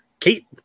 Kate